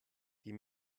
die